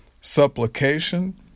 supplication